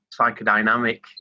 psychodynamic